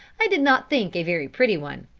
i did not think a very pretty one.